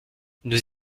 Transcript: nous